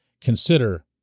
consider